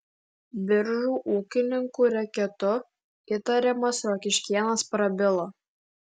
biržų ūkininkų reketu įtariamas rokiškėnas prabilo